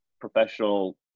professional